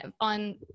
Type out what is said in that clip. on